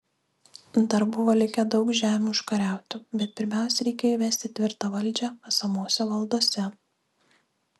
dar buvo likę daug žemių užkariauti bet pirmiausia reikėjo įvesti tvirtą valdžią esamose valdose